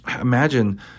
Imagine